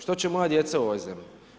Što će moja djeca u ovoj zemlji?